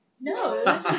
No